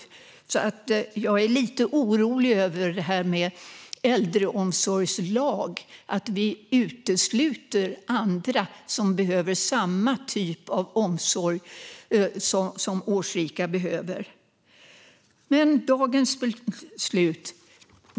Jag är därför lite orolig över detta med äldreomsorgslag - att vi utesluter andra som behöver samma typ av omsorg som årsrika. Men vi välkomnar verkligen dagens beslut.